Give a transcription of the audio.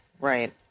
Right